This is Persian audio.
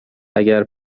اگر